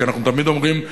כי אנחנו תמיד אומרים,